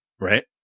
right